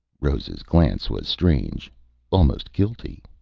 rose's glance was strange almost guilty.